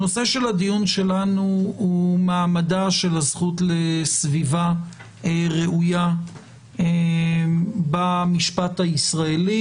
הנושא של הדיון שלנו הוא מעמדה של הזכות לסביבה ראויה במשפט הישראלי.